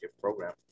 program